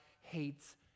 hates